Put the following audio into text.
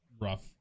rough